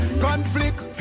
Conflict